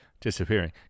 disappearing